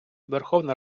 верховна